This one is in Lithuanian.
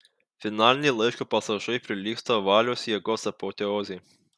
finaliniai laiško pasažai prilygsta valios jėgos apoteozei